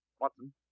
Watson